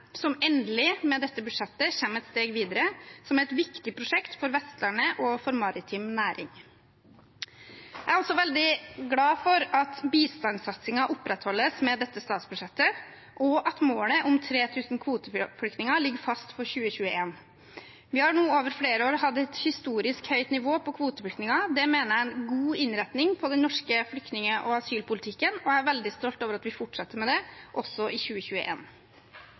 med dette budsjettet endelig kommer et steg videre. Det er et viktig prosjekt for Vestlandet og for maritim næring. Jeg er også veldig glad for at bistandssatsingen opprettholdes med dette statsbudsjettet, og at målet om 3 000 kvoteflyktninger ligger fast for 2021. Vi har nå over flere år hatt et historisk høyt nivå på kvoteflyktninger. Det mener jeg er en god innretning på den norske flyktning- og asylpolitikken, og jeg er veldig stolt over at vi fortsetter med det også i